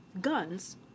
Guns